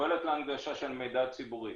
שפועלת להנגשה של מידע ציבורי.